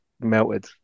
melted